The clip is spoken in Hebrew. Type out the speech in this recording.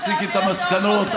תסיקי את המסקנות,